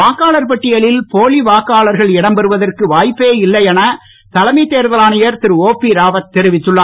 வாக்கானர் பட்டியலில் போலி வாக்கானர்கள் இடம்பெறுவதற்கு வாய்ப்பே இல்லை என தலைமை தேர்தல் ஆணையர் திருடிபிராவத் தெரிவித்துள்ளார்